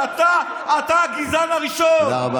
קיבלת שר.